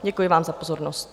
Děkuji vám za pozornost.